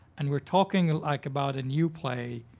and we're talking like about a new play,